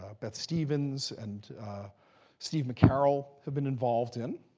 ah beth stevens and steve mccarroll have been involved in,